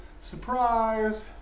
surprise